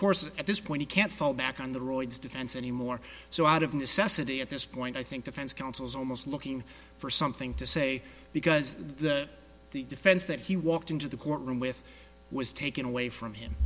course at this point you can't fall back on the roads defense anymore so out of necessity at this point i think defense counsel is almost looking for something to say because the defense that he walked into the courtroom with was taken away from him